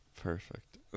Perfect